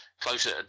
closer